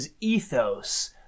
ethos